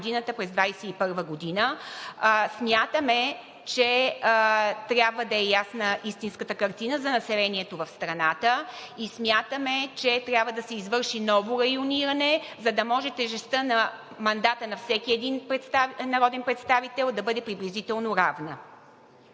Смятаме, че трябва да е ясна истинската картина за населението в страната и смятаме, че трябва да се извърши ново райониране, за да може тежестта на мандата на всеки един народен представител да бъде приблизително равна.